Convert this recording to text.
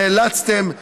נאלצתם לסגת.